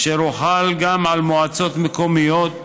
אשר הוחל גם על מועצות מקומיות,